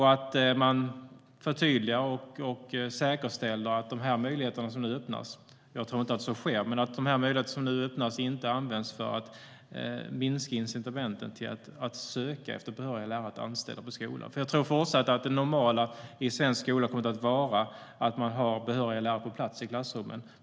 Man bör förtydliga och säkerställa att de möjligheter som nu öppnas inte används för att minska incitamenten att söka efter behöriga lärare att anställa på skolan, även om jag inte tror att så sker. Jag tror att det normala i svensk skola även i fortsättningen kommer att vara att man har behöriga lärare på plats i klassrummen.